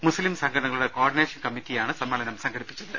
മുസ്തിം സംഘടനകളുടെ coordination കമ്മിറ്റിയാണ് സമ്മേളനം സംഘടിപ്പിച്ചത്